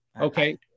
Okay